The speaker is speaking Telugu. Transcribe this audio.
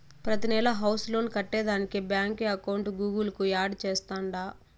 ప్రతినెలా హౌస్ లోన్ కట్టేదానికి బాంకీ అకౌంట్ గూగుల్ కు యాడ్ చేస్తాండా